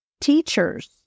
teachers